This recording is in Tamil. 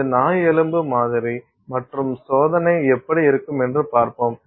இது நாய் எலும்பு மாதிரி மற்றும் சோதனை எப்படி இருக்கும் என்று பார்ப்போம்